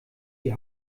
die